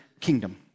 kingdom